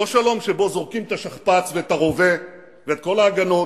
לא שלום שבו זורקים את השכפ"ץ ואת הרובה ואת כל ההגנות,